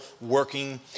working